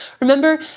Remember